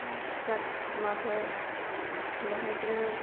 जाथि खुरमाफोर समावहाय बेदिनो